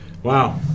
Wow